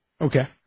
Okay